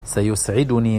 سيسعدني